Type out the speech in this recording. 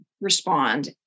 respond